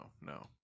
no